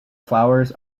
flowers